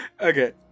Okay